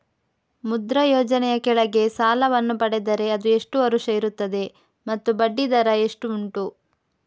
ಮುದ್ರಾ ಯೋಜನೆ ಯ ಕೆಳಗೆ ಸಾಲ ವನ್ನು ಪಡೆದರೆ ಅದು ಎಷ್ಟು ವರುಷ ಇರುತ್ತದೆ ಮತ್ತು ಬಡ್ಡಿ ದರ ಎಷ್ಟು ಉಂಟು?